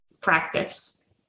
practice